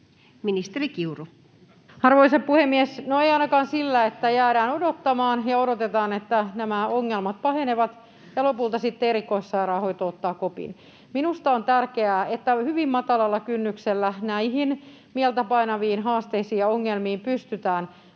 Ministeri Kiuru. Arvoisa puhemies! No ei ainakaan sillä, että jäädään odottamaan ja odotetaan, että nämä ongelmat pahenevat ja lopulta sitten erikoissairaanhoito ottaa kopin. Minusta on tärkeää, että hyvin matalalla kynnyksellä näihin mieltä painaviin haasteisiin ja ongelmiin pystytään